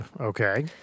Okay